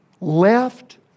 left